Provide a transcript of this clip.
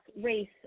race